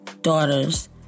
daughter's